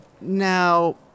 Now